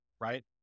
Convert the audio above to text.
right